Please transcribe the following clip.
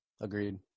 Agreed